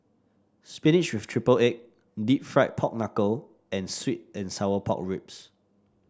spinach with triple egg deep fried Pork Knuckle and sweet and Sour Pork Ribs